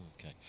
Okay